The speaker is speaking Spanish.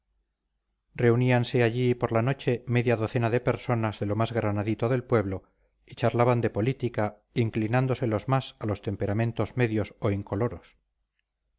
histórica reuníanse allí por la noche media docena de personas de lo más granadito del pueblo y charlaban de política inclinándose los más a los temperamentos medios o incoloros